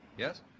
Yes